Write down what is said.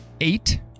Eight